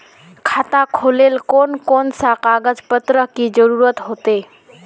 खाता खोलेले कौन कौन सा कागज पत्र की जरूरत होते?